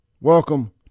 Welcome